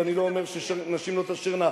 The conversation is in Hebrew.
ואני לא אומר שנשים לא תשרנה.